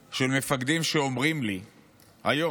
שמפקדים אומרים לי היום,